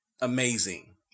amazing